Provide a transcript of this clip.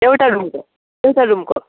एउटा रुमको एउटा रुमको